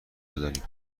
بداریم